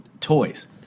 toys